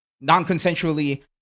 non-consensually